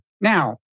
Now